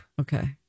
Okay